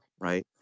right